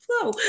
flow